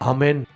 Amen